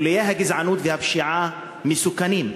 גילויי הגזענות והפשיעה מסוכנים,